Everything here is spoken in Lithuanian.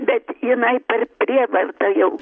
bet jinai per prievartą jau